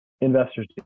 investors